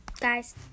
guys